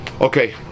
Okay